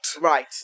right